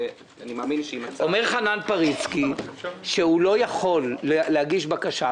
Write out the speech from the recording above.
ואני מאמין שיימצא --- אומר חנן פריצקי שהוא לא יכול להגיש בקשה,